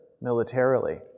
militarily